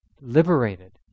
liberated